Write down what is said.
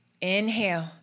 Inhale